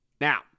Now